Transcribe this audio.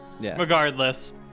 Regardless